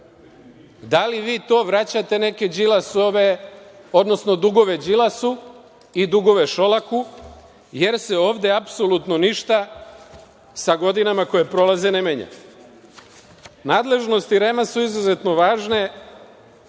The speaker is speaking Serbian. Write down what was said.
Da li vi to vraćate neke Đilasove, odnosno dugove Đilasu i dugove Šolaku, jer se ovde apsolutno ništa sa godinama koje prolaze ne menja? Nadležnosti REM su izuzetno važne.